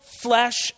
flesh